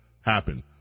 happen